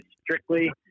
strictly